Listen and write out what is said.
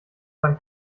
beim